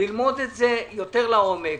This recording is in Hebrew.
ללמוד את זה יותר לעומק.